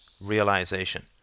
realization